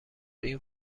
این